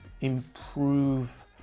improve